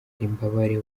imbabare